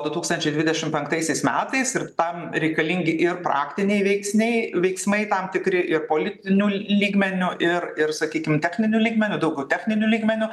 du tūkstančiai dvidešim penktaisiais metais ir tam reikalingi ir praktiniai veiksniai veiksmai tam tikri ir politiniu lygmeniu ir ir sakykim techniniu lygmeniu daugiau techniniu lygmeniu